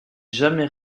jamais